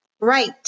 right